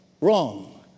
Wrong